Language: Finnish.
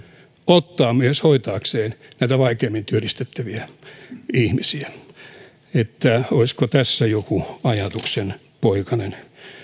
ottaa hoitaakseen myös näitä vaikeammin työllistettäviä ihmisiä olisiko tässä joku ajatuksenpoikanen